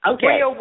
Okay